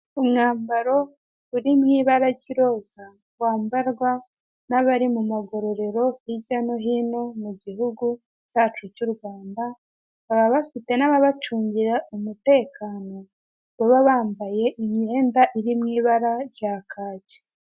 Umwambaro uri mu ibara ry'iroza wambarwa n'abari mu magororero hirya no hino mu gihugu cyacu cy'u Rwanda, baba bafite n'ababacungira umutekano baba bambaye imyenda iri mu ibara rya kaki.